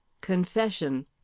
CONFESSION